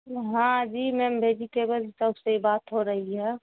ہاں جی ma'am vegetable shop سے ہی بات ہو رہی ہے